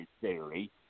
theory